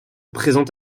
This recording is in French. présente